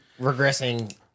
regressing